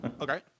Okay